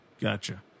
gotcha